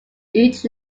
each